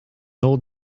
old